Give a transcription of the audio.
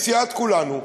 סיעת כולנו,